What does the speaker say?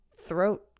throat